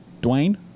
Dwayne